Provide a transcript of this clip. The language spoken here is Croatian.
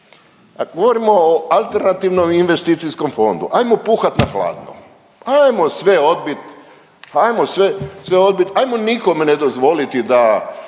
Kad govorimo o alternativnom investicijskom fondu hajmo puhat na hladno, hajmo sve odbit, hajmo nikome ne dozvoliti da